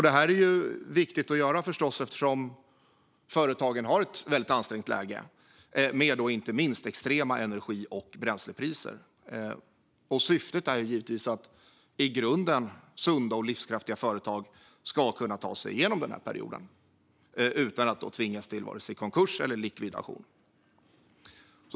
Detta är viktigt att göra eftersom företagen befinner sig i ett ansträngt läge med inte minst extrema energi och bränslepriser. Syftet är givetvis att i grunden sunda och livskraftiga företag ska ta sig igenom perioden utan att tvingas till vare sig konkurs eller likvidation.